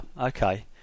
Okay